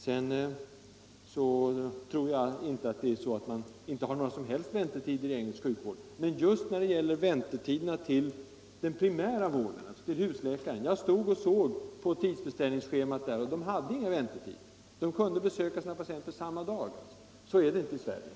Jag påstår inte att man inte har några som helst väntetider i engelsk sjukvård, men när det gäller den primära vården som husläkarna utför hade jag tillfälle att se tidsbeställningsschemat på en vårdcentral. Där fanns väntetider. Läkarna kunde besöka sina patienter samma dag som de blev kallade. Så är det inte i Sverige.